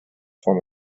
form